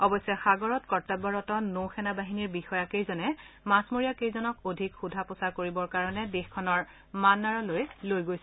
অৱশ্যে সাগৰত কৰ্তব্যৰত নৌসেনাবাহিনীৰ বিষয়াকেইজনে মাছমৰীয়াকেইজনক অধিক সোধা পোছা কৰিবৰ কাৰণে দেশখনৰ মান্নাৰলৈ লৈ গৈছে